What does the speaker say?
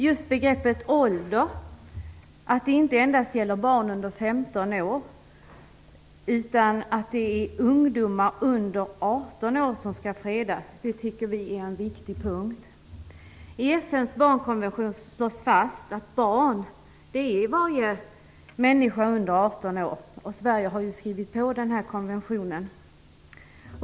Just begreppet ålder, att det inte endast är barn under 15 år utan ungdomar under 18 år som skall fredas, tycker vi är viktigt. I FN:s barnkonvention slås fast att varje människa under 18 år är ett barn. Sverige har ju skrivit under konventionen.